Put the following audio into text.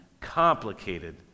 complicated